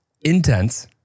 intense